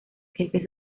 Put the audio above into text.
jefes